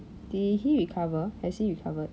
did he recover has he recovered